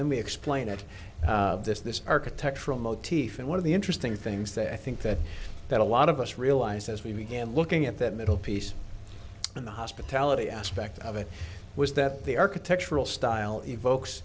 then we explain it this this architectural motif in one of the interesting things that i think that that a lot of us realize as we began looking at that middle piece in the hospitality aspect of it was that the architectural style evokes